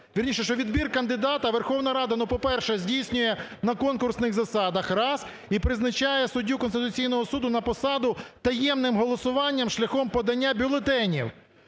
вірніше, що відбір кандидата Верховна Рада, ну, по-перше, здійснює на конкурсних засадах, раз, і призначає суддю Конституційного Суду на посаду таємним голосуванням шляхом подання бюлетенів.